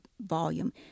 volume